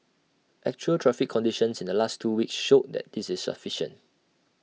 actual traffic conditions in the last two weeks showed that this is sufficient